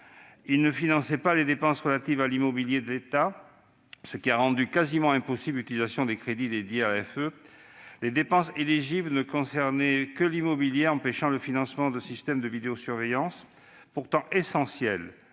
il ne finançait que les dépenses relatives à l'immobiliser d'État, ce qui a rendu quasiment impossible l'utilisation des crédits dédiés à l'AEFE. Ensuite, les dépenses éligibles ne concernaient que l'immobilier, empêchant le financement de systèmes de vidéosurveillance pourtant essentiels